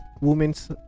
women's